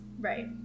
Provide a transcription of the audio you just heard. Right